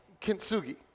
kintsugi